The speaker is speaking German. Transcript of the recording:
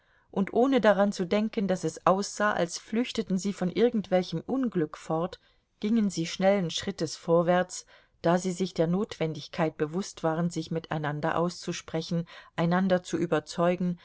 und ohne daran zu denken daß es aussah als flüchteten sie von irgendwelchem unglück fort gingen sie schnellen schrittes vorwärts da sie sich der notwendigkeit bewußt waren sich miteinander auszusprechen einander zu überzeugen